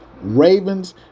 Ravens